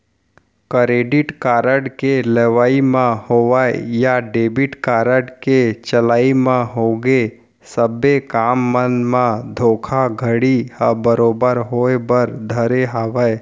credit card के लेवई म होवय या डेबिट कारड के चलई म होगे सबे काम मन म धोखाघड़ी ह बरोबर होय बर धरे हावय